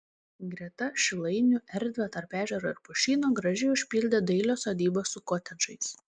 greta šilainių erdvę tarp ežero ir pušyno gražiai užpildė dailios sodybos su kotedžais